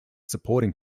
supporting